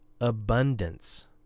abundance